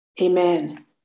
Amen